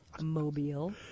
Mobile